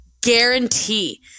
guarantee